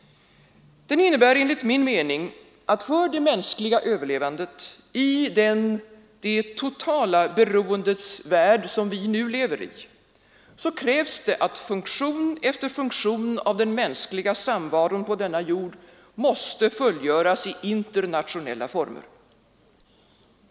Den innebär enligt min mening att för det mänskliga överlevandet i den det totala beroendets värld som vi nu lever i krävs att funktion efter funktion av den mänskliga samvaron på denna jord måste fullgöras i internationella former.